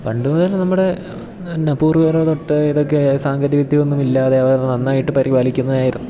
പണ്ട് മുതൽ നമ്മുടെ എന്ന പൂർവ്വികർ തൊട്ട് ഇതൊക്കെ സാങ്കേതിക വിദ്യയൊന്നുമില്ലാതെ അത് നന്നായിട്ട് പരിപാലിക്കുന്നതായിരുന്നു